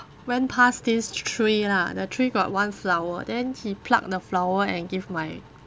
went past this tree lah the tree got one flower then he pluck the flower and give my